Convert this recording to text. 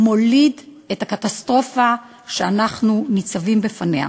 מוליד את הקטסטרופה שאנחנו ניצבים בפניה.